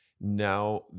now